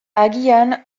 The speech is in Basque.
agian